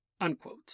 Unquote